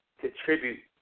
contribute